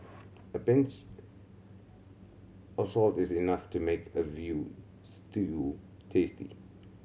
a pinch of salt is enough to make a veal stew tasty